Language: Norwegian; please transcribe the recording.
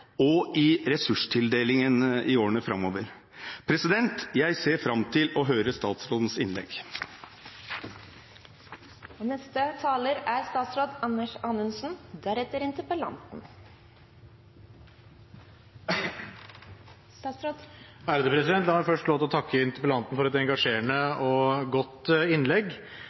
årene framover. Jeg ser fram til å høre statsrådens innlegg. La meg først få lov til å takke interpellanten for et engasjerende og godt innlegg.